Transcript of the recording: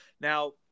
Now